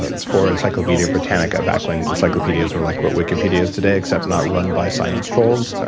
ah for encyclopedia britannica back when encyclopedias were like what wikipedia is today, except not run by science trolls.